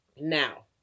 Now